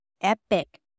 epic